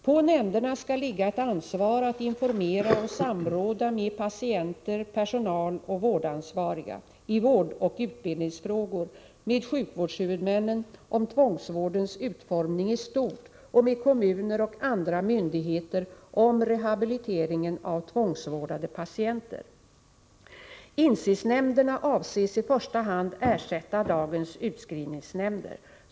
På nämnderna skall ligga ett ansvar att informera och samråda med patienter, personal och vårdansvariga i vårdoch utbildningsfrågor, med sjukvårdshuvudmännen om tvångsvårdens utformning i stort och med kommuner och andra myndigheter om rehabiliteringen av tvångsvårdade patienter. Insynsnämnderna avses i första hand ersätta dagens utskrivningsnämnder.